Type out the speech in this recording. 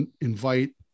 invite